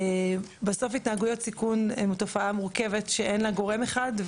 בסוף התנהגויות סיכון הם תופעה מורכבת שאין לה גורם אחד,